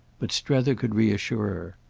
but strether could reassure